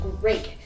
great